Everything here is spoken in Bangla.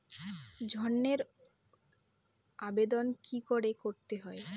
ঋণের আবেদন কি করে করতে হয়?